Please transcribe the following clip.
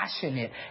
passionate